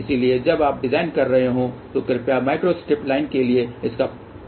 इसलिए जब आप डिजाइन कर रहे हों तो कृपया माइक्रोस्ट्रिप लाइन के लिए इसका उपयोग करें